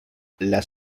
las